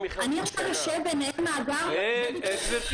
אם הכנסנו שנה --- אני עכשיו אשב ואנהל מאגר: זה ביקש --- גברתי,